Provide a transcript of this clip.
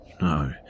No